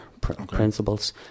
principles